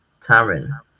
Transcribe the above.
Taryn